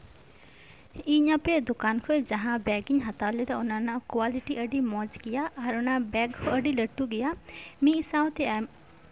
ᱤᱧ ᱟᱯᱮᱭᱟᱜ ᱫᱩᱠᱟᱱ ᱠᱷᱚᱱ ᱡᱟᱦᱟᱸ ᱵᱮᱜᱤᱧ ᱦᱟᱛᱟᱣ ᱞᱮᱫᱟ ᱚᱱᱟ ᱨᱮᱭᱟᱜ ᱠᱳᱣᱟᱞᱤᱴᱤ ᱟᱹᱰᱤ ᱢᱚᱡᱽ ᱜᱤᱭᱟ ᱟᱨ ᱚᱱᱟ ᱵᱮᱜᱽ ᱦᱚᱸ ᱟᱹᱰᱤ ᱞᱟᱹᱴᱩ ᱜᱮᱭᱟ ᱢᱤᱫ ᱥᱟᱶᱛᱮ ᱟᱢ